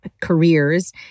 careers